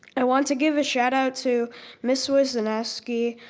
i want to give a shoutout to miss wisonofsky,